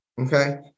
Okay